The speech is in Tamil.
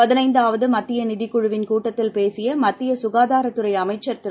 பதினைந்தாவதுமத்தியநிதிக்குழுவின் கூட்டத்தில் பேசியமத்தியககாதாரத் துறைஅமைச்சர் திரு